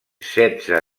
setze